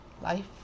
Life